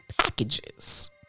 packages